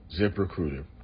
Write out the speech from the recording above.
ZipRecruiter